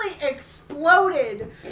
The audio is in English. exploded